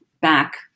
back